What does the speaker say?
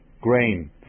grain